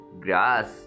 grass